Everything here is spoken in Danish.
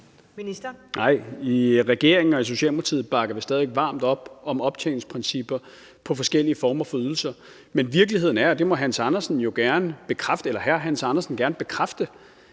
Nej, i regeringen og i Socialdemokratiet bakker vi stadig væk varmt op om optjeningsprincipper på forskellige former for ydelser, men virkeligheden er – og det må hr. Hans Andersen gerne bekræfte – at vi i forvejen har et